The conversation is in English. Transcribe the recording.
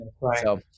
right